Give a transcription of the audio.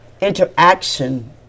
interaction